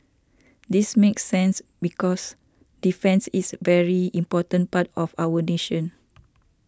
this makes sense because defence is a very important part of our nation